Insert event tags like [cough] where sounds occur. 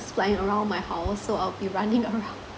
flying around my house so I'll be running around [laughs]